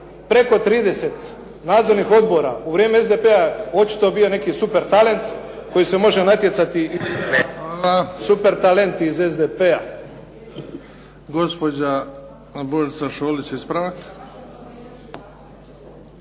preko 30 nadzornih odbora u vrijeme SDP-a očito je bio neki super talent koji se može natjecati, super talent iz SDP-a. **Bebić, Luka